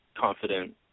confident